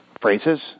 phrases